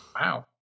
Wow